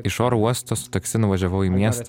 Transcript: iš oro uosto su taksi nuvažiavau į miestą